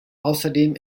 außerdem